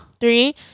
Three